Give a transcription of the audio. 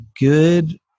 good